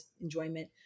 enjoyment